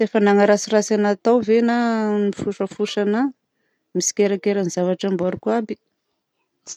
Tsy efa nanaratsy anahy tao ve na nifosafosa anahy nitsikerakera ny zavatra amboariko aby.